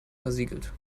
versiegelt